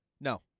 No